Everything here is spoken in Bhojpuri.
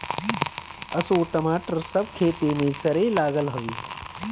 असो टमाटर सब खेते में सरे लागल हवे